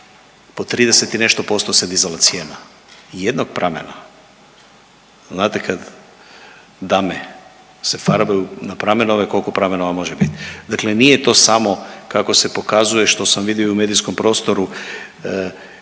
po 30 i nešto posto se dizala cijena, jednog pramena. Znate kad dame se farbaju na pramenove, koliko pramenova može biti, dakle nije to samo kako se pokazuje, što sam vidio i u medijskom prostoru,